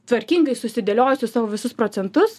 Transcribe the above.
tvarkingai susidėliojusių savo visus procentus